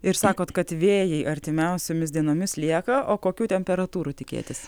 ir sakot kad vėjai artimiausiomis dienomis lieka o kokių temperatūrų tikėtis